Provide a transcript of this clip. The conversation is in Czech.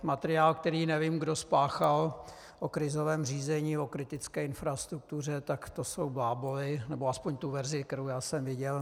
Materiál, který nevím kdo spáchal, o krizovém řízení, o kritické infrastruktuře, tak to jsou bláboly, nebo aspoň ta verze, kterou já jsem viděl.